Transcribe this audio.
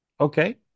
okay